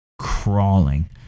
crawling